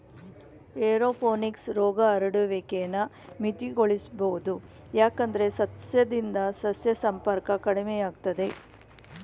aeroponics ರೋಗ ಹರಡುವಿಕೆನ ಮಿತಿಗೊಳಿಸ್ಬೋದು ಯಾಕಂದ್ರೆ ಸಸ್ಯದಿಂದ ಸಸ್ಯ ಸಂಪರ್ಕ ಕಡಿಮೆಯಾಗ್ತದೆ